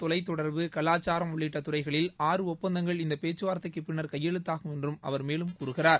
தொலைத்தொடர்பு கலாச்சாரம் உள்ளிட்ட துறைகளில் ஆறு ஒப்பந்தங்கள் இந்த பேச்சுவார்த்தைக்குப் பின்னர் கையெழுத்தாகும் என்று அவர் மேலும் கூறுகிறார்